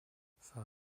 five